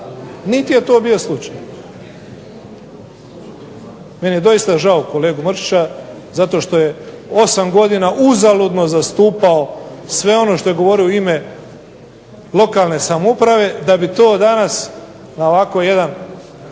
Niti je to bio slučaj. Meni je doista žao kolege Mršića zato što je osam godina uzaludno zastupao sve ono što je govorio u ime lokalne samouprave da bi to danas na ovako jedan